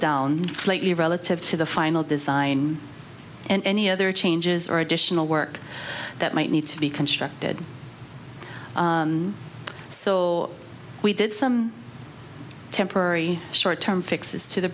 slightly relative to the final design and any other changes or additional work that might need to be constructed so we did some temporary short term fixes to the